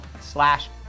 slash